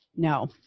No